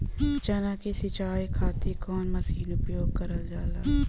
चना के सिंचाई खाती कवन मसीन उपयोग करल जाला?